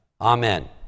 Amen